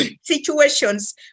situations